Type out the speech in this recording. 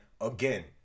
again